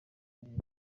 raphael